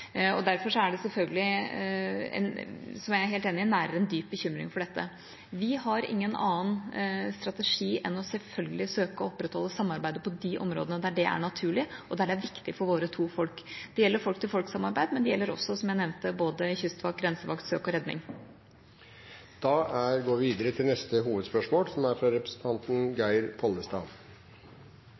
Derfor nærer vi selvfølgelig en dyp bekymring for dette, det er jeg helt enig i. Vi har ingen annen strategi enn selvfølgelig å søke å opprettholde samarbeidet på de områdene der det er naturlig, og der det er viktig for våre to folk. Det gjelder folk-til-folk-samarbeid, men det gjelder også, som jeg nevnte, kystvakt, grensevakt, søk og redning. Da går vi videre til neste hovedspørsmål.